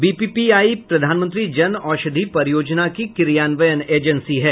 BPPI प्रधानमंत्री जन औषधि परियोजना की क्रियान्वयन एजेंसी है